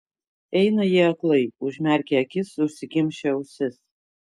eina jie aklai užmerkę akis užsikimšę ausis